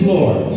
Lord